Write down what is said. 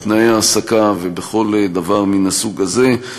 בתנאי ההעסקה ובכל דבר מן הסוג הזה,